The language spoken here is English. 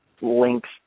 links